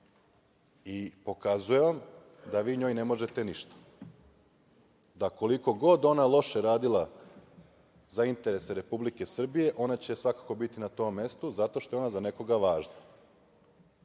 i pokazuje vam da vi njoj ne možete ništa, da koliko god ona loše radila za interese Republike Srbije, ona će svakako biti na tom mestu zato što je ona za nekoga važna